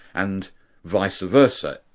and vice-versa,